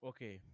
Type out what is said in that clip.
Okay